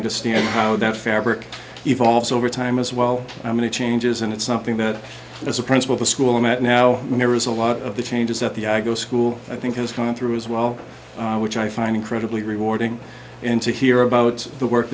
understand how that fabric evolves over time as well i'm going to changes and it's something that as a principal the school i'm at now and there is a lot of the changes that the i go school i think is going through as well which i find incredibly rewarding and to hear about the work